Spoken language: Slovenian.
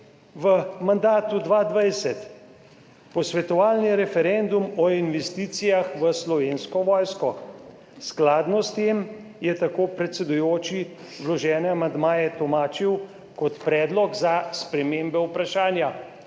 V mandatu 2020 posvetovalni Referendum o investicijah v Slovensko vojsko. Skladno s tem je, tako predsedujoči, vložene amandmaje tolmačil kot predlog za spremembe vprašanja.